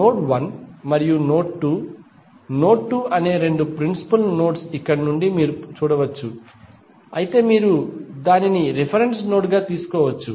node 1 మరియు node 2 node 2 అనే రెండు ప్రిన్సిపుల్ నోడ్స్ ఇక్కడ నుండి మీరు చూడవచ్చు మీరు దానిని రిఫరెన్స్ నోడ్ గా తీసుకోవచ్చు